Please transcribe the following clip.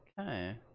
Okay